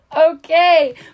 Okay